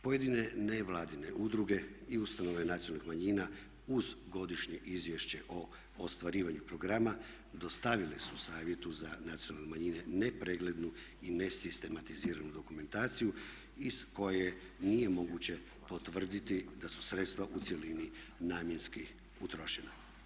Pojedine nevladine udruge i ustanove nacionalnih manjina uz godišnje izvješće o ostvarivanju programa dostavile su Savjetu za nacionalne manjine nepreglednu i nesistematiziranu dokumentaciju iz koje nije moguće potvrditi da su sredstva u cjelini namjenski utrošena.